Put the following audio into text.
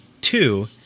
two